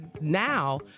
now